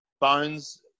Bones